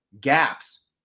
gaps